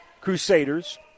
Crusaders